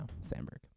Sandberg